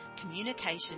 communication